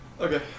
Okay